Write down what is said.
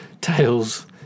Tails